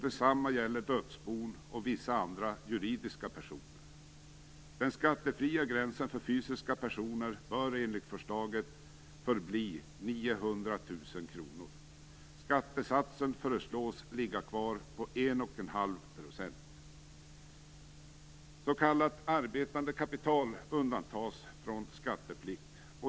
Detsamma gäller för dödsbon och vissa andra juridiska personer. Den skattefria gränsen för fysiska personer bör enligt förslaget förbli Så kallat arbetande kapital undantas från skatteplikt.